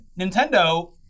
Nintendo